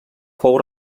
fou